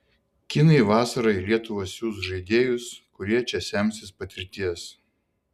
kinai vasarą į lietuvą siųs žaidėjus kurie čia semsis patirties